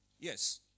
Yes